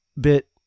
bit